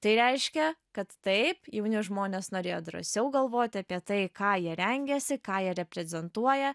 tai reiškia kad taip jauni žmonės norėjo drąsiau galvoti apie tai ką jie rengiasi ką jie reprezentuoja